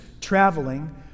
traveling